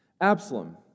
Absalom